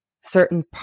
certain